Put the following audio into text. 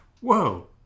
Whoa